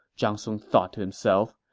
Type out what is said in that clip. zhang song thought to himself.